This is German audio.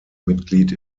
mitglied